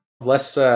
Less